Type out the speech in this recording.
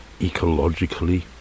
ecologically